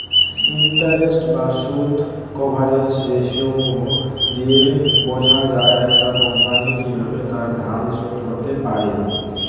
interest বা সুদ coverage ratio দিয়ে বোঝা যায় একটা কোম্পানি কিভাবে তার ধার শোধ করতে পারে